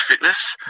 fitness